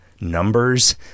numbers